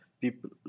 people